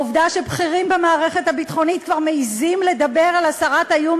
העובדה שבכירים במערכת הביטחונית כבר מעזים לדבר על הסרת האיום